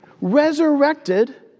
resurrected